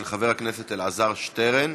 של חבר הכנסת אלעזר שטרן.